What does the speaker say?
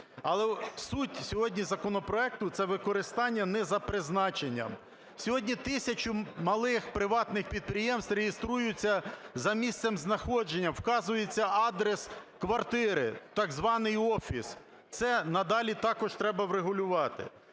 Але суть сьогодні законопроекту – це використання не за призначенням. Сьогодні тисячу малих приватних підприємств реєструються за місцем знаходження, вказується адрес квартири, так званий офіс. Це надалі також треба врегулювати.